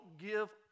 give